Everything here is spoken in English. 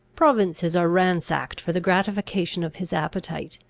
provinces are ransacked for the gratification of his appetite,